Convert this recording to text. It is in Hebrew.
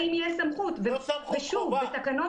יציאה והם טסים ליעד אחד והוא מתחייב לא לחזור מלא הסמכות